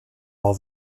all